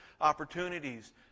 opportunities